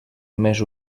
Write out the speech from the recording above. més